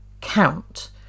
count